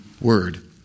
word